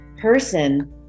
person